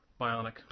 Bionic